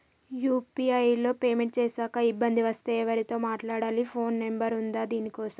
UPI లో payment చేశాక ఇబ్బంది వస్తే ఎవరితో మాట్లాడాలి? ఫోన్ నంబర్ ఉందా దీనికోసం?